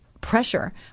pressure